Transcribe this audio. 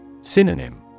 Synonym